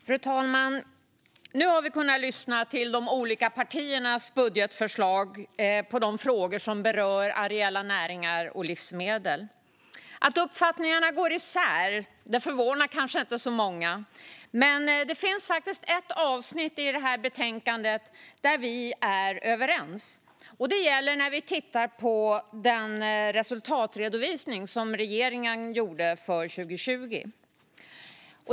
Fru talman! Vi har nu kunnat lyssna till de olika partiernas budgetförslag i de frågor som berör areella näringar och livsmedel. Att uppfattningarna går isär förvånar kanske inte så många, men det finns faktiskt ett avsnitt i betänkandet där vi är överens. Det gäller den resultatredovisning som regeringen gjorde för 2020.